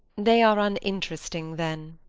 they are uninteresting then.